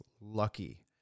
lucky